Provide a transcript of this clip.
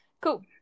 Cool